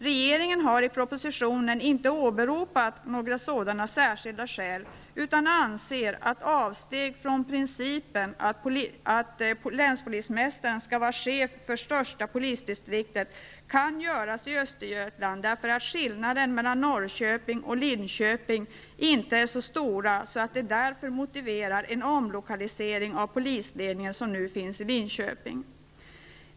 Regeringen har i propositionen inte åberopat några sådana särskilda skäl, utan anser att avsteg från principen att länspolismästaren skall vara chef för största polisdistriktet kan göras i Östergötland. Skillnaden mellan Norrköping och Linköping är inte så stor att det motiverar en omlokalisering av polisledningen som nu finns i Linköping.